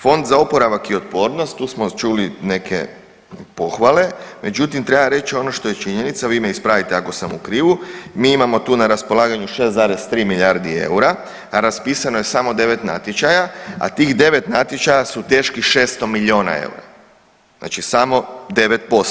Fond za oporavak i otpornost, tu smo čuli neke pohvale, međutim treba reć ono što je činjenica, vi me ispravite ako sam u krivu, mi imamo tu na raspolaganju 6,3 milijardi eura, a raspisano je samo 9 natječaja, a tih 9 natječaja su teški 600 milijuna eura, znači samo 9%